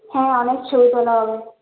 হ্যাঁ অনেক ছবি তোলা হবে